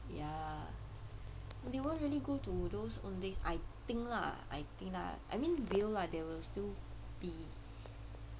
ya lah they won't really go to those Owndays I think lah I think lah I mean will lah they would still be